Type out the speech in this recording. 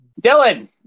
Dylan